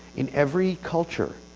in every culture,